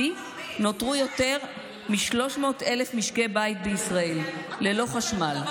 בשיא נותרו יותר מ-300,000 משקי בית בישראל ללא חשמל,